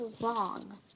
wrong